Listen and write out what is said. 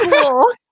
Cool